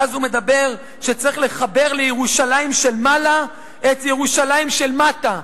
ואז הוא אומר שצריך לחבר לירושלים של מעלה את ירושלים של מטה.